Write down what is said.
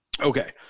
Okay